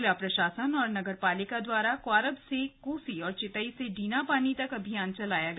जिला प्रशासन और नगरपालिका द्वारा क्वारब से कोसी और चितई से डीनापानी तक अभियान चलाया गया